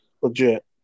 legit